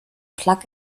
plug